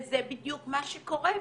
זה בדיוק מה שקורה,